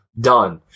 done